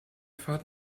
fahrt